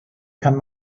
kann